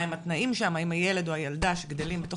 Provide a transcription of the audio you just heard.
מהם התנאים שהילד או הילדה שגדלים בתוך